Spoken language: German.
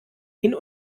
hin